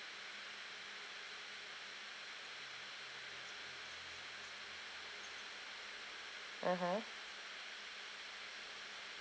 mmhmm